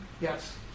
Yes